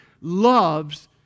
loves